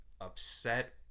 upset